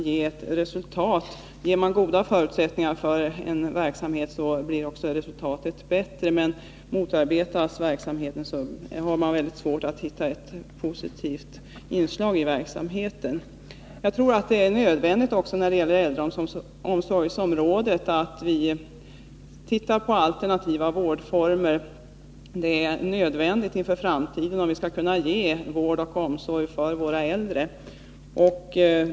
Ger man goda förutsättningar för en verksamhet, blir också resultatet bättre. Men motarbetas verksamheten har man mycket svårt att hitta positiva inslag i den. Också när det gäller äldreomsorgen tror jag att det är nödvändigt att se på alternativa vårdformer. Det är nödvändigt inför framtiden, om vi skall kunna bereda våra äldre vård och omsorg.